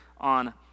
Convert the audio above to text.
on